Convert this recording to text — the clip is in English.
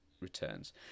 Returns